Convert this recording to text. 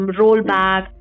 rollback